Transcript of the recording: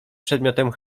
przedmiotem